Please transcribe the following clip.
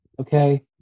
okay